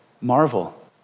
marvel